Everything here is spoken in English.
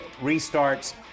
restarts